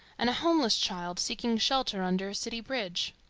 and a homeless child seeking shelter under a city bridge.